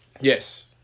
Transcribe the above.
Yes